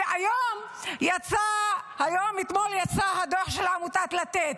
היום, אתמול יצא הדוח של עמותת לתת,